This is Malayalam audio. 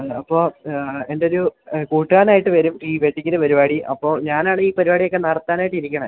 അപ്പോള് എന്റെയൊരു കൂട്ടുകാരനായിട്ട് വരും ഈ വെഡ്ഡിംഗിൻ്റെ പരിപാടി അപ്പോള് ഞാനാണീ പരിപാടിയൊക്കെ നടത്താനായിട്ടിരിക്കുന്നത്